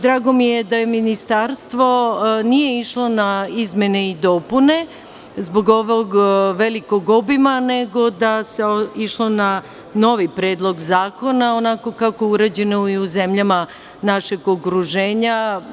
Drago mi je da Ministarstvo nije išlo na izmene i dopune zbog ovog velikog obima, nego da se išlo na novi predlog zakona, onako kako je urađeno i u zemljama našeg okruženja.